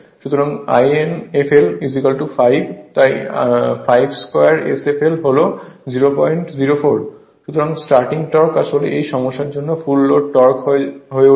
সুতরাং Ifl 5 তাই 52 Sfl হল 004। সুতরাং স্টার্টিং টর্ক আসলে এই সমস্যার জন্য ফুল লোড টর্ক হয়ে উঠবে